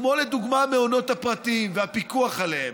כמו לדוגמה המעונות הפרטיים והפיקוח עליהם,